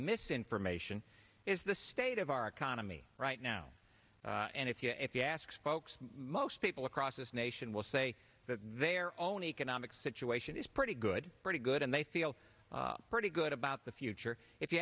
misinformation is the state of our economy right now and if you if you ask folks most people across this nation will say that their own economic situation is pretty good pretty good and they feel pretty good about the future if you